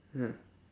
ya